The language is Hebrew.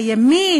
הימין,